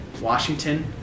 Washington